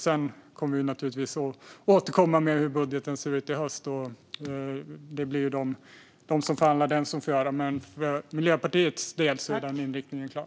Sedan kommer vi naturligtvis att återkomma med hur budgeten ska se ut i höst. Det blir de som förhandlar fram den som får göra det, men för Miljöpartiets del är inriktningen klar.